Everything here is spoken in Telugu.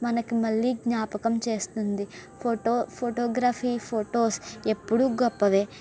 మనకు మళ్ళీ జ్ఞాపకం చేస్తుంది ఫోటో ఫొటోగ్రఫీ ఫొటోస్ ఎప్పుడూ గొప్పవే